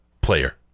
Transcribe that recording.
player